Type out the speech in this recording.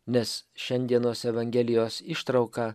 nes šiandienos evangelijos ištrauka